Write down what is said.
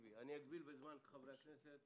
אגביל בזמן את חברי הכנסת